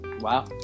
Wow